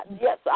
yes